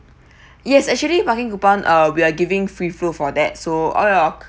yes actually parking coupon uh we're giving free flow for that so all your